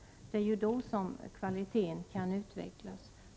Det är då kvaliteten kan utvecklas.